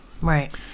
Right